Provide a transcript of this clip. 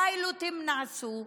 פיילוטים נעשו,